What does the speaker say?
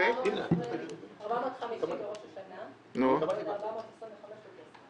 450 לראש השנה ו-425 לפסח.